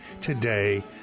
today